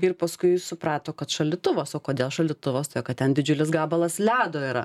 ir paskui jis suprato kad šaldytuvas o kodėl šaldytuvas kad ten didžiulis gabalas ledo yra